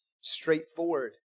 straightforward